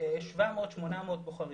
800-700 בוחרים.